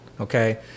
Okay